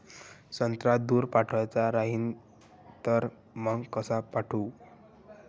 संत्रा दूर पाठवायचा राहिन तर मंग कस पाठवू?